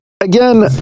Again